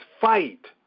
fight